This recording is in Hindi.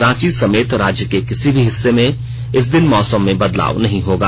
रांची समेत राज्य के किसी भी हिस्से में इस दिन मौसम में बदलाव नहीं होगा